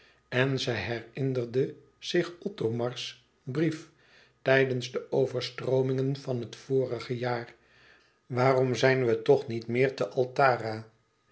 voelde en zij herinnerde zich othomars brief tijdens de overstroomingen van het vorige jaar waarom zijn we toch niet meer te altara